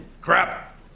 Crap